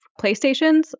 PlayStations